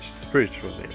spiritually